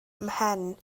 mhen